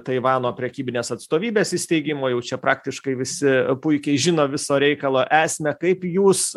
taivano prekybinės atstovybės įsteigimo jau čia praktiškai visi puikiai žino viso reikalo esmę kaip jūs